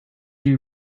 you